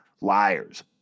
liars